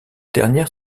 dernière